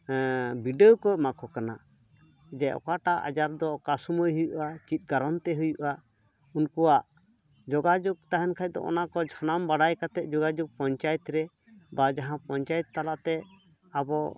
ᱵᱤᱰᱟᱹᱣ ᱠᱚ ᱮᱢᱟ ᱠᱚ ᱠᱟᱱᱟ ᱡᱮ ᱚᱠᱟᱴᱟᱜ ᱟᱡᱟᱨ ᱫᱚ ᱚᱠᱟ ᱥᱚᱢᱚᱭ ᱦᱩᱭᱩᱜᱼᱟ ᱪᱮᱫ ᱠᱟᱨᱚᱱ ᱛᱮ ᱦᱩᱭᱩᱜᱼᱟ ᱩᱱᱠᱩᱣᱟᱜ ᱡᱳᱜᱟᱡᱳᱜᱽ ᱛᱟᱦᱮᱱ ᱠᱷᱟᱱ ᱫᱚ ᱚᱱᱟ ᱠᱚ ᱥᱟᱱᱟᱢ ᱵᱟᱰᱟᱭ ᱠᱟᱛᱮ ᱡᱳᱜᱟᱡᱳᱜᱽ ᱯᱚᱧᱪᱟᱭᱮᱛ ᱨᱮ ᱵᱟ ᱡᱟᱦᱟᱸ ᱯᱚᱧᱪᱟᱭᱮᱛ ᱛᱟᱞᱟᱛᱮ ᱟᱵᱚ